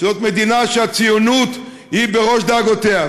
זאת מדינה שהציונות היא בראש דאגותיה,